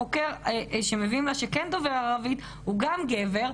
החוקר שמביאים לה שכן דובר ערבית הוא גם גבר,